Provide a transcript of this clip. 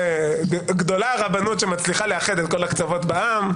גדולה הרבנות שמצליחה לאחד את כל הקצוות בעם.